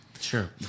Sure